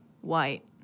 white